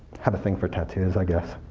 have a thing for tattoos, i guess.